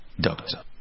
doctor